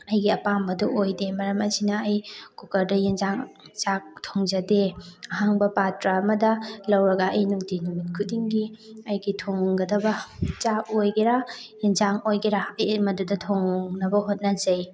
ꯑꯩꯒꯤ ꯑꯄꯥꯝꯕꯗꯨ ꯑꯣꯏꯗꯦ ꯃꯔꯝ ꯑꯁꯤꯅ ꯑꯩ ꯀꯨꯀꯔꯗ ꯌꯦꯟꯖꯥꯡ ꯆꯥꯛ ꯊꯣꯡꯖꯗꯦ ꯑꯍꯥꯡꯕ ꯄꯥꯇ꯭ꯔ ꯑꯃꯗ ꯂꯧꯔꯒ ꯑꯩ ꯅꯨꯉꯇꯤ ꯅꯨꯃꯤꯠ ꯈꯨꯗꯤꯡꯒꯤ ꯑꯩꯒꯤ ꯊꯣꯡꯒꯗꯕ ꯆꯥꯛ ꯑꯣꯏꯒꯦꯔꯥ ꯏꯟꯖꯥꯡ ꯑꯣꯏꯒꯦꯔꯥ ꯑꯩ ꯃꯗꯨꯗ ꯊꯣꯡꯅꯕ ꯍꯣꯠꯅꯖꯩ